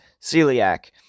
celiac